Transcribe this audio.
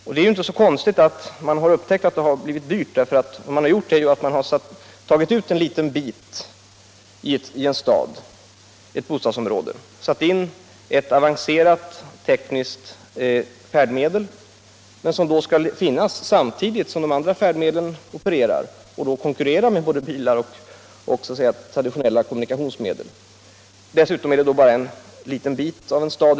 Och det är inte så konstigt att det blivit dyrt, för vad man gjort är att man tagit ut ett bostadsområde i en stad och satt in ett avancerat tekniskt färdmedel som då skall finnas samtidigt som andra färdmedel opererar och alltså skall konkurrera med bilar och övriga traditionella kommunikationsmedel inom en liten del av en stad.